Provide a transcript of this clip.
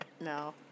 No